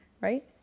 right